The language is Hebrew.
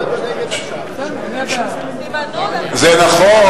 זה נכון.